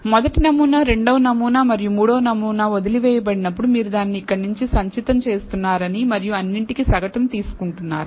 మొదటి నమూనా రెండవ నమూనా మరియు మూడవ నమూనా వదిలివేయబడినప్పుడు మీరు దానిని ఇక్కడ సంచితం చేస్తున్నారని మరియు అన్నింటికీ సగటును తీసుకుంటున్నారని